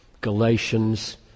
Galatians